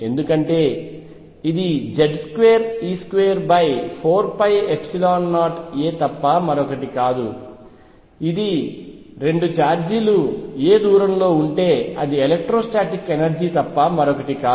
ఎందుకంటే ఇది Z2e24π0a తప్ప మరొకటి కాదు ఇది 2 ఛార్జీలు a దూరంలో ఉంటే అది ఎలెక్ట్రోస్టాటిక్ ఎనర్జీ తప్ప మరొకటి కాదు